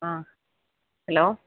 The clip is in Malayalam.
ആ ഹലോ